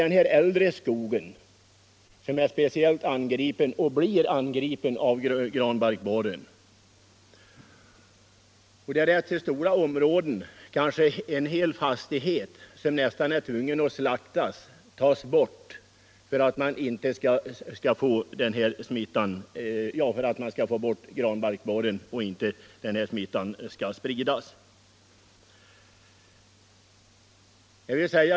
Den äldre skogen är och blir speciellt angripen av granbarkborren. Man är tvungen att slakta stora områden — kanske en hel fastighet — för att få bort granbarkborren så att smittan inte sprids.